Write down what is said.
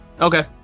okay